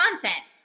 content